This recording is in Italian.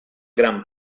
gran